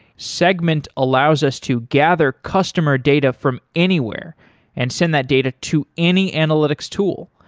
segment allows us to gather customer data from anywhere and send that data to any analytics tool.